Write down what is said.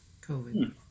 COVID